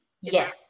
Yes